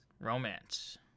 Romance